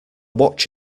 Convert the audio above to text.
watch